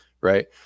right